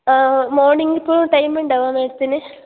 ആ ആ മോർണിംഗ് ഇപ്പോൾ ടൈം ഉണ്ടാവോ മേഡത്തിന്